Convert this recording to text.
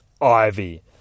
Ivy